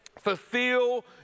fulfill